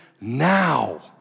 now